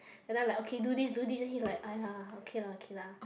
and then like okay do this do this then he like !aiya! okay lah okay lah